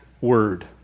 word